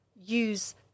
use